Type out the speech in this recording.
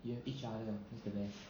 you know each other that's the best